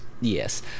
Yes